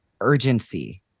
urgency